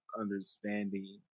understanding